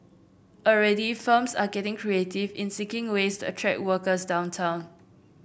already firms are getting creative in seeking ways to attract workers downtown